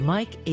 Mike